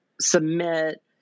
submit